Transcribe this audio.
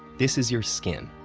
this is your skin,